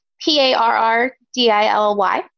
P-A-R-R-D-I-L-Y